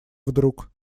вдруг